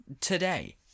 today